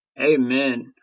Amen